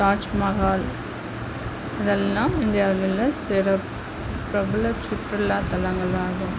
தாஜ்மஹால் இதெல்லாம் இந்தியாவில் உள்ள சிறப்பு பிரபல சுற்றுலாத்தலங்கள் ஆகும்